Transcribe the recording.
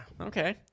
Okay